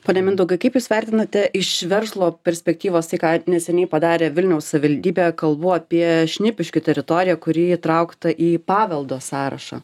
pone mindaugai kaip jūs vertinate iš verslo perspektyvos tai ką neseniai padarė vilniaus savildybė kalbu apie šnipiškių teritoriją kuri įtraukta į paveldo sąrašą